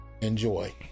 enjoy